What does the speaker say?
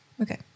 okay